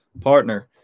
partner